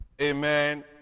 Amen